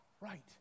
Right